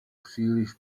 příliš